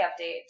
update